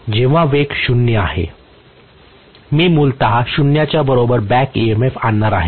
जेव्हा वेग 0 आहे मी मूलत 0 च्या बरोबर बॅक EMF आणणार आहे